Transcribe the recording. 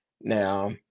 Now